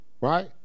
Right